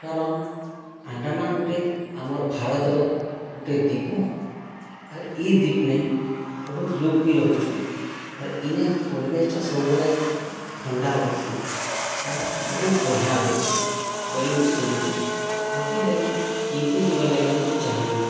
କାରନ୍ ଆଣ୍ଡାମାନ ଗୋଟିଏ ଆମର ଭାରତର ଗୋଟିଏ ଦୀପ ଆର୍ ଏ ଦୀପ୍ ନେ ବହୁତ୍ ଲୁକ୍ ବି ରହୁଛନ୍ ଆର୍ ଇନେ ପରିବେଶଟା ସବୁବେଲେ ଥଣ୍ଡା ଲାଗସି ଆର୍ ବହୁତ୍ ବଢ଼ିଆଁ ଲାଗସି ବୋଲି ମୁଇଁ ଶୁଣିଛେ ହେଥିର ଲାଗି ଇନକେ ଜିବାର ଲାଗି ମୁଇଁ ଚାହିଁମି